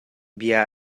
bia